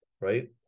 right